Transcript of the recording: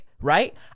right